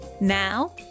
Now